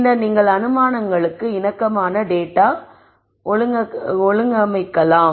பின்னர் நீங்கள் அனுமானங்களுக்கு இணக்கமாக டேட்டா ஒழுங்கமைக்கப்பட்டுள்ளது